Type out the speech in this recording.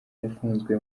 yafunzwe